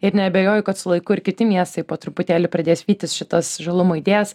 ir neabejoju kad su laiku ir kiti miestai po truputėlį pradės vytis šitas žalumo idėjas